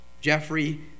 Jeffrey